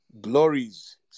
Glories